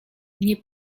nie